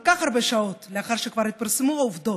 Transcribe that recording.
כך הרבה שעות לאחר שכבר התפרסמו העובדות,